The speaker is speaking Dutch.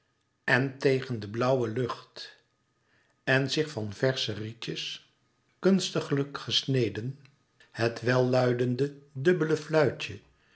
en tegen de blauwe lucht en zich van versche rietjes kunstiglijk gesneden het welluidende dubbele fluitje